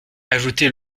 ajouter